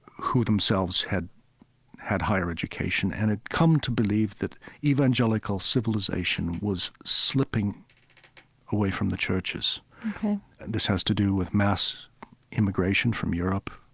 who themselves had had higher education and had come to believe that evangelical civilization was slipping away from the churches ok this has to do with mass immigration from europe,